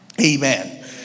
Amen